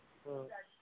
ꯑꯥ